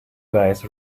guys